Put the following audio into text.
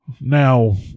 Now